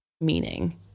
meaning